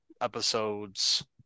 episodes